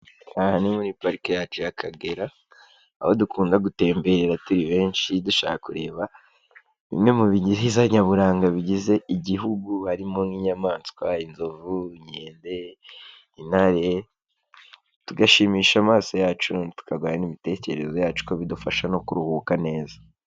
Aha ni muri parike yacu y'Akagera aho dukunda gutemberera turi benshi dushaka kureba bimwe mu bigize nyaburanga bigize igihugu, harimo nk'inyamaswa, inzovu, inkende, intare, tugashimisha amaso yacu tukagura n'imitekerereze yacu kuko bidufasha no kuruhuka neza.